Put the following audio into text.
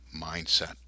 mindset